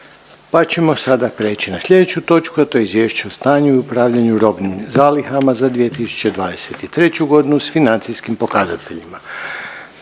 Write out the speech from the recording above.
sljedeći zaključak: 1. Prihvaća se Izvješće o stanju i upravljanju robnim zalihama za 2023. godinu, s financijskim pokazateljima.